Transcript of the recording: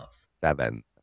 seven